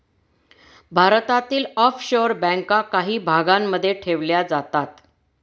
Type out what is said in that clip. भारतातील ऑफशोअर बँका काही भागांमध्ये ठेवल्या जातात